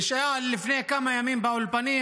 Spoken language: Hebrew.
נשאל לפני כמה ימים באולפנים